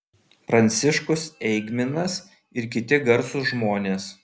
pranciškus eigminas ir kiti garsūs žmonės